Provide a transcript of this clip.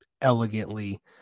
elegantly